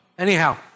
Anyhow